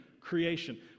creation